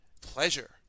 pleasure